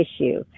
issue